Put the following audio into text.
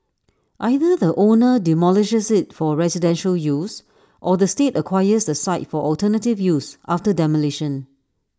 either the owner demolishes IT for residential use or the state acquires the site for alternative use after demolition